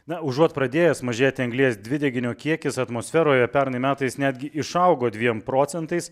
na užuot pradėjęs mažėti anglies dvideginio kiekis atmosferoje pernai metais netgi išaugo dviem procentais